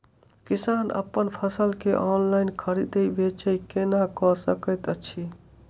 किसान अप्पन फसल केँ ऑनलाइन खरीदै बेच केना कऽ सकैत अछि?